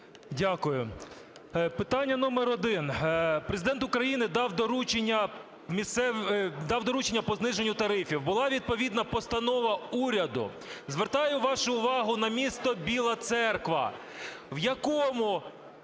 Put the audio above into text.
Дякую. Питання номер один. Президент України дав доручення по зниженню тарифів, була відповідна постанова уряду. Звертаю вашу увагу на місто Біла Церква, в якому